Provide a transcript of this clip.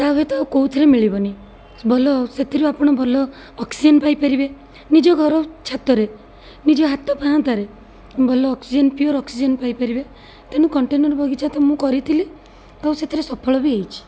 ତା'ହୁଏ ତ ଆଉ କେଉଁଥିରେ ମିଳିବନି ଭଲ ସେଥିରୁ ଆପଣ ଭଲ ଅକ୍ସିଜେନ୍ ପାଇପାରିବେ ନିଜ ଘର ଛାତରେ ନିଜ ହାତ ପାହାନ୍ତାରେ ଭଲ ଅକ୍ସିଜେନ୍ ପିୟୋର୍ ଅକ୍ସିଜେନ୍ ପାଇପାରିବେ ତେଣୁ କଣ୍ଟେନର୍ ବଗିଚା ତ ମୁଁ କରିଥିଲି ତ ସେଥିରେ ସଫଳ ବି ହେଇଛି